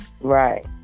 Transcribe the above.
Right